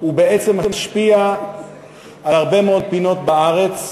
הוא בעצם משפיע על הרבה מאוד פינות בארץ,